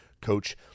coach